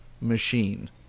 machine